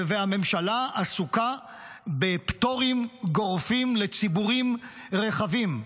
והממשלה עסוקה בפטורים גורפים לציבורים רחבים,